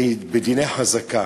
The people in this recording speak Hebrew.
זה בדיני חזקה.